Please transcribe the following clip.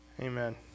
Amen